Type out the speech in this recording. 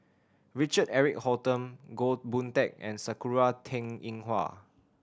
Richard Eric Holttum Goh Boon Teck and Sakura Teng Ying Hua